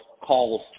calls